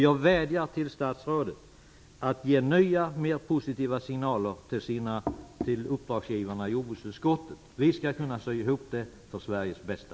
Jag vädjar till statsrådet att ge nya mer positiva signaler till uppdragsgivarna i jordbruksutskottet så att vi skall kunna sy ihop det för Sveriges bästa.